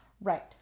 Right